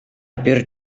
бир